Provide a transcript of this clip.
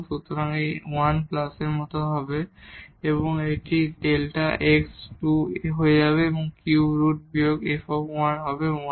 সুতরাং এটি 1 প্লাসের মতো হবে এবং এটি Δ x2 হয়ে যাবে এবং কিউব রুট বিয়োগ f হবে 1